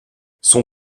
son